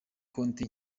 konti